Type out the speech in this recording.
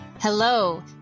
Hello